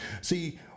See